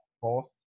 fourth